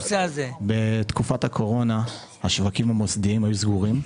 בתקופת הקורונה השווקים המוסדיים היו סגורים.